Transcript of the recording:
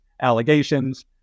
allegations